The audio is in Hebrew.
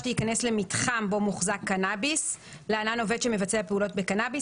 להיכנס למתחם בו מוחזק קנאביס (להלן - עובד שמבצע פעולות בקנאביס),